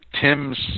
Tim's